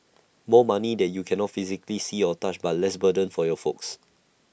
more money that you cannot physically see or touch but less burden for your folks